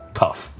tough